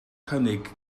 cynnig